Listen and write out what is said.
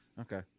Okay